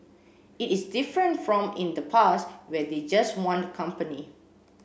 it is different from in the past where they just want company